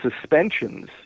Suspensions